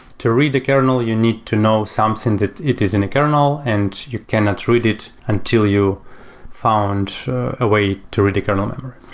to read the kernel, you need to know something that it is in a kernel and you cannot read it until you found a way to read a kernel memory.